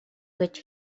гэж